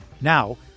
Now